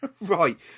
Right